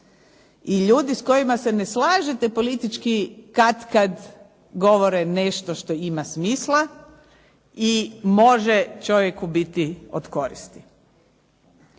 I ljudi s kojima se ne slažete politički katkad govore nešto što ima smisla i može čovjeku biti od koristi.